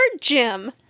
gym